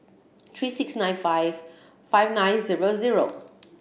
three six nine five five nine zero zero